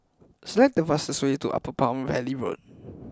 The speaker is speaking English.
select the fastest way to Upper Palm Valley Road